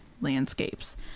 landscapes